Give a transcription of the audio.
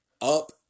up